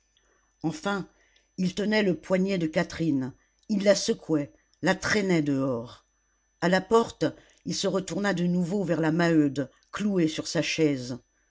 enfin il tenait le poignet de catherine il la secouait la traînait dehors a la porte il se retourna de nouveau vers la maheude clouée sur sa chaise